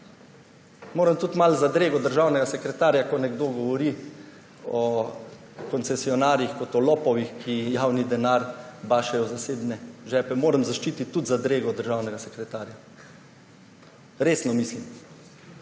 Moram tudi zadrego državnega sekretarja, ko nekdo govori o koncesionarjih kot o lopovih, ki javni denar bašejo v zasebne žepe. Moram zaščititi tudi zadrego državnega sekretarja, resno mislim.